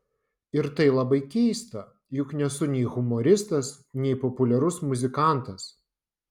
ir tai labai keista juk nesu nei humoristas nei populiarus muzikantas